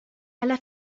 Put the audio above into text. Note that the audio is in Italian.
alla